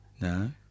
No